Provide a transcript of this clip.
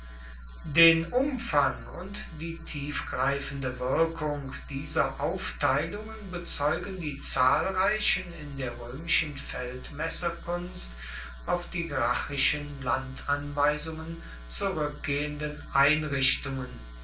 den umfang und die tiefgreifende wirkung dieser aufteilungen bezeugen die zahlreichen in der römischen feldmesserkunst auf die gracchischen landanweisungen zurückgehenden einrichtungen